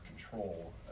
control